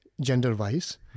gender-wise